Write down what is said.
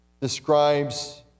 describes